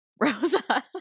Rosa